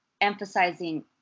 emphasizing